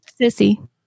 Sissy